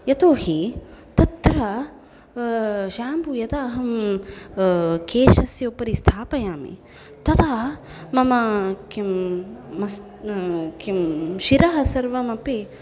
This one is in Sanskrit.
यतोहि तत्र शेम्पू यदा अहं केशस्य उपरि स्थापयामि तदा मम किं किं शिरः सर्वमपि